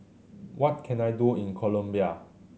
what can I do in Colombia